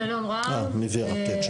שלום רב, אני ראש